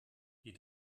die